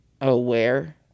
aware